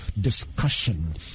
discussion